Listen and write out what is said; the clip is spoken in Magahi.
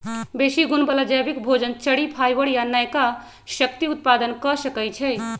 बेशी गुण बला जैबिक भोजन, चरि, फाइबर आ नयका शक्ति उत्पादन क सकै छइ